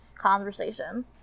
conversation